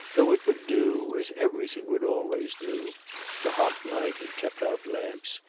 though it would do, as everything would always do the hot night had kept out lamps,